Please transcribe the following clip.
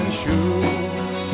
shoes